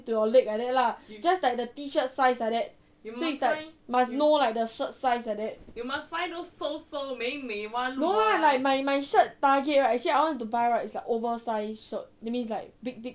to your leg like that lah just like the T shirt size like that so like must know like the shirt size like that no lah like my my shirt target right actually I want to buy right is like oversized shirt that means like big big